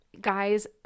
guys